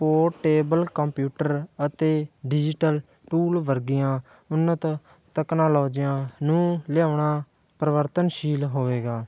portable computer ਅਤੇ digital tool ਵਰਗੀਆਂ ਉੱਨਤ ਤਕਨਾਲੋਜੀਆਂ ਨੂੰ ਲਿਆਉਣਾ ਪਰਿਵਰਤਨਸ਼ੀਲ ਹੋਵੇਗਾ